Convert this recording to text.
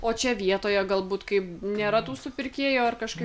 o čia vietoje galbūt kaip nėra tų supirkėjų ar kažkaip